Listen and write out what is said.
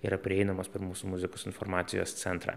yra prieinamos per mūsų muzikos informacijos centrą